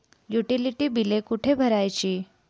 Utility बिले कुठे भरायची?